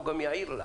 הוא גם יעיר לה.